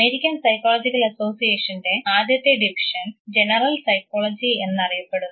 American psychological അസോസിയേഷൻറെ ആദ്യത്തെ division general psychology എന്ന് അറിയപ്പെടുന്നു